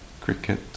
cricket